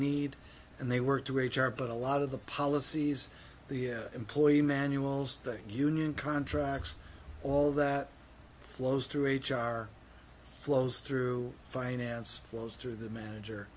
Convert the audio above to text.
need and they work to h r but a lot of the policies the employee manuals that union contracts all that flows through h r flows through finance flows through the